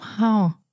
Wow